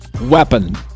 Weapon